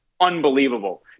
unbelievable